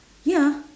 ya